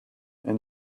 and